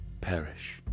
perish